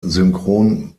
synchron